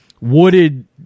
wooded